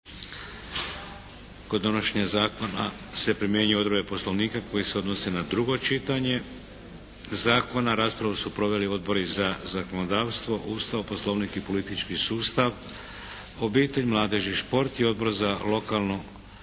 Kod donošenja zakona primjenjuju se odredbe poslovnika koje se odnose na drugo čitanje zakona. Raspravu su proveli odbori za zakonodavstvo, Ustav, poslovnik i politički sustav, obitelj, mladež i šport i Odbor za lokalnu